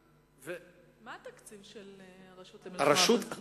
מה התקציב של הרשות למלחמה בסמים, בתקציב הזה?